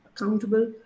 accountable